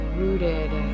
Rooted